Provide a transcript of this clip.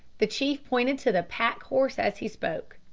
the chief pointed to the pack-horse as he spoke.